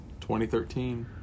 2013